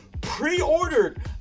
pre-ordered